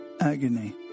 Agony